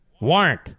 warrant